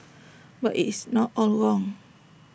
but IT is not all wrong